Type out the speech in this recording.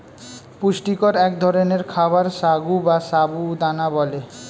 পুষ্টিকর এক ধরনের খাবার সাগু বা সাবু দানা বলে